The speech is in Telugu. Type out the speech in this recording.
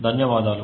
ధన్యవాదాలు